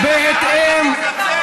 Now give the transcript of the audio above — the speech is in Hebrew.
תתנצל.